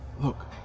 look